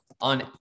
on